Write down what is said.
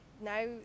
now